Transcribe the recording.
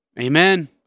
Amen